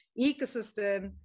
ecosystem